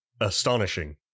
astonishing